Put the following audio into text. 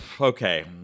Okay